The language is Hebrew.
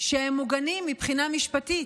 שהם מוגנים מבחינה משפטית,